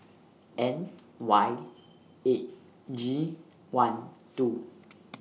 N Y eight G one two